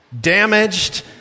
damaged